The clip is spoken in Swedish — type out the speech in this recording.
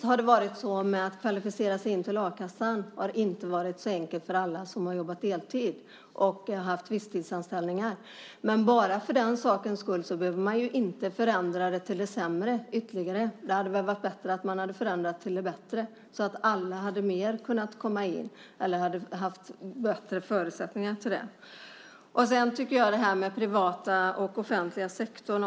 Herr talman! Det har inte varit så enkelt för alla som har jobbat deltid och haft visstidsanställningar att kvalificera sig till a-kassan. Men bara för den sakens skull behöver man inte förändra det ytterligare till det sämre. Det hade väl varit bättre att man hade förändrat det till det bättre så att alla hade haft bättre förutsättningar att komma in i a-kassan. Det talas om den privata och den offentliga sektorn.